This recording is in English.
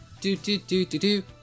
Do-do-do-do-do